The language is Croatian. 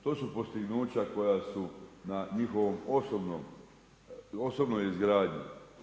To su postignuća koja su na njihovoj osobnoj izgradnji.